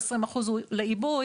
20 אחוז לעיבוי,